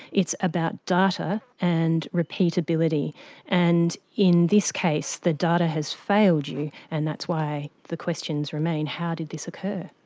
it's about data and repeatability and in this case the data has failed you and that's why the questions remain. how did this occur?